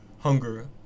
hunger